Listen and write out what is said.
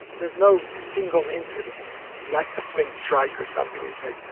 there's no single incident like the flint strike or something where you say,